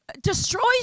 destroys